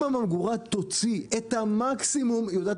אם הממגורה תוציא את המקסימום היא יודעת